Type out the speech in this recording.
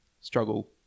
struggle